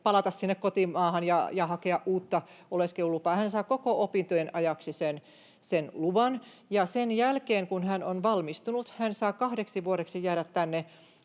palata sinne kotimaahan ja hakea uutta oleskelulupaa. Hän saa koko opintojen ajaksi sen luvan, ja sen jälkeen, kun hän on valmistunut, hän saa kahdeksi vuodeksi jäädä tänne